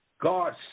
god